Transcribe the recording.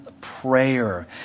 prayer